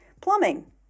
plumbing